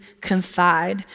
confide